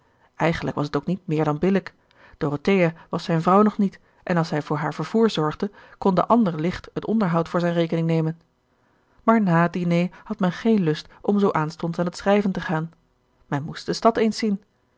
eigenlijk was het ook niet meer dan billijk dorothea was zijne vrouw nog niet en als hij voor haar vervoer zorgde kon de ander licht het onderhoud voor zijne rekening nemen maar na het diné had men geen lust om zoo aanstonds aan het schrijven te gaan men moest de stad